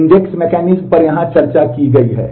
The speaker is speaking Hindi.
इंडेक्स पर यहां चर्चा की गई है